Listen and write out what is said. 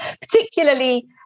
particularly